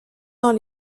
dans